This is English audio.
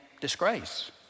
disgrace